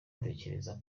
dutekereza